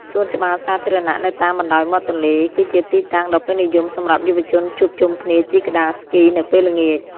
សួនច្បារសាធារណៈនៅតាមបណ្ដោយមាត់ទន្លេ គឺជាទីតាំងដ៏ពេញនិយមសម្រាប់យុវជនជួបជុំគ្នាជិះក្ដារស្គីនៅពេលល្ងាច។